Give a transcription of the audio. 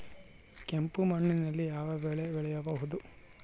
ಕೆಂಪು ಮಣ್ಣಿನಲ್ಲಿ ಯಾವ ಬೆಳೆ ಬೆಳೆಯಬಹುದು?